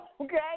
Okay